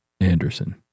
Anderson